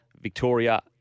Victoria